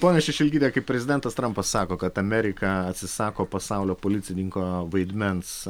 ponia šešelgyte kaip prezidentas trampas sako kad amerika atsisako pasaulio policininko vaidmens